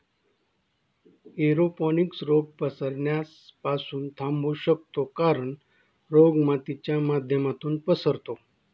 aeroponics रोग पसरण्यास पासून थांबवू शकतो कारण, रोग मातीच्या माध्यमातून पसरतो